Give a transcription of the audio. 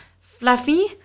fluffy